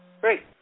Great